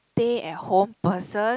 stay at home person